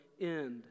end